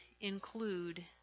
include